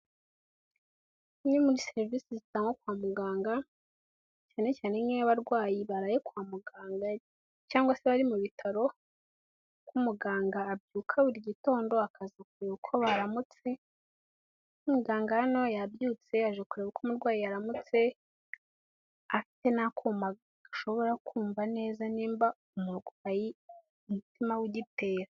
Imwe muri serivisi zitangwa kwa muganga cyane cyane imwe y'abarwayi baraye kwa muganga cyangwa se bari mu bitaro uko umuganga abyuka buri gitondo akaza kureba uko baramutse, nk'umuganga hano yabyutse yaje kureba uko umurwayi aramutse afite n'akuma ashobora kumva neza niba umurwayi umutima w'igitera.